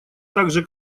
также